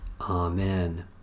Amen